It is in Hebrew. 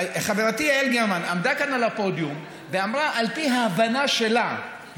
חברתי יעל גרמן עמדה כאן על הפודיום ואמרה שעל פי ההבנה שלה,